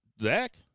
Zach